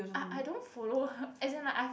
I I don't follow her as in like I've